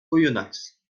oyonnax